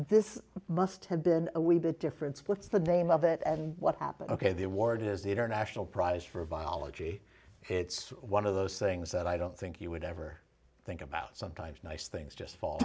this must have been a wee bit different splits the name of it and what happened ok the award is the international prize for biology it's one of those things that i don't think you would ever think about sometimes nice things just fall